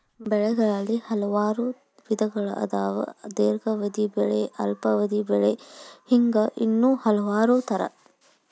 ಬೆಳೆಗಳಲ್ಲಿ ಹಲವಾರು ವಿಧಗಳು ಅದಾವ ದೇರ್ಘಾವಧಿ ಬೆಳೆ ಅಲ್ಪಾವಧಿ ಬೆಳೆ ಹಿಂಗ ಇನ್ನೂ ಹಲವಾರ ತರಾ